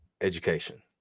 education